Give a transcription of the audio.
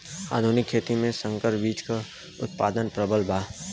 आधुनिक खेती में संकर बीज क उतपादन प्रबल बा